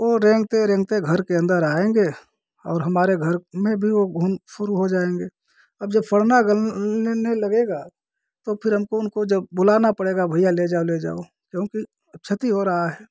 ओ रेंगते रेंगते घर के अंदर आएंगे और हमारे घर में भी ओ घुन शुरू हो जाएंगे अब जब फड़ना गल ने लगेगा तो फिर हमको उनको जब बुलाना पड़ेगा भैया ले जाओ ले जाओ क्योंकि अब क्षति हो रहा है